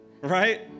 right